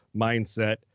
mindset